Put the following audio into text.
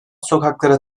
sokaklara